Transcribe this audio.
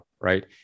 right